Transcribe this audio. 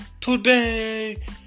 today